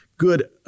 Good